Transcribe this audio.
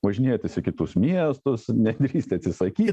važinėtis į kitus miestus nedrįsti atsisakyt